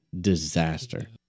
disaster